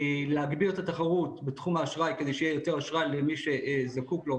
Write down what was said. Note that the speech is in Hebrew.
להגביר את התחרות בתחום האשראי כדי שיהיה יותר אשראי למי שזקוק לו,